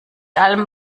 allem